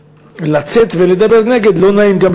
ולצאת לדבר נגד לא נעים להם,